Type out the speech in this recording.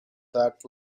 that